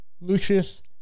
Lucius